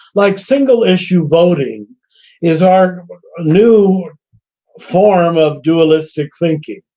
like single issue voting is our new form of dualistic thinking,